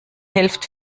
hilft